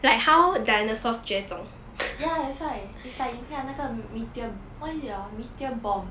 ya that's why is like 有一天那个 meteor what is it ah meteor bomb